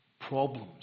problems